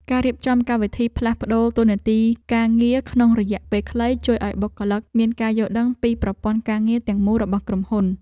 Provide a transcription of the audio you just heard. ការរៀបចំកម្មវិធីផ្លាស់ប្តូរតួនាទីការងារក្នុងរយៈពេលខ្លី ជួយឱ្យបុគ្គលិកមានការយល់ដឹងពីប្រព័ន្ធការងារទាំងមូលរបស់ក្រុមហ៊ុន។